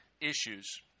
issues